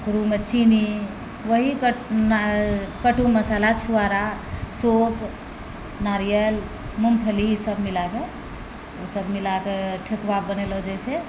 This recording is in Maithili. ओकरोमे चीनी वहि कट ना कटु मसाला छुहारा सौंफ नारियल मुङ्गफली ई सब मिलाकऽ ओ सब मिलाकऽ ठेकुआ बनेलो जाइ छै